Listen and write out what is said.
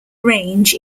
range